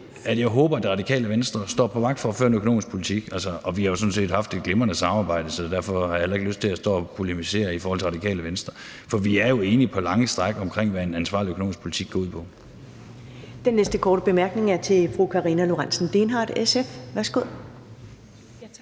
jeg håber, Det Radikale Venstre står på vagt for at føre en økonomisk politik. Vi har jo sådan set haft et glimrende samarbejde, så derfor har jeg heller ikke lyst til at stå og polemisere i forhold til Det Radikale Venstre. Vi er jo enige på lange stræk omkring, hvad en ansvarlig økonomisk politik går ud på.